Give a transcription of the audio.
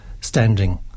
standing